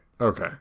Okay